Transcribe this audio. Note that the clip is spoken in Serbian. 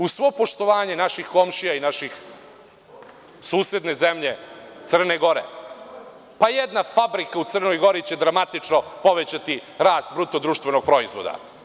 Uz svo poštovanje naših komšija, susedne zemlje Crna Gora, pa jedna fabrika u Crnoj Gori će dramatično povećati rast bruto društvenog proizvoda.